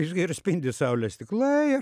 išgėrus spindi saulėje stiklai